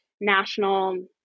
national